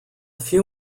few